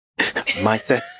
mindset